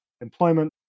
employment